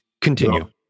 Continue